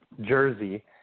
Jersey